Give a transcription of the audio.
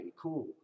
Cool